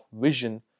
vision